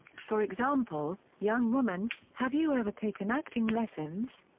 for example young woman have you ever taken acting lessons?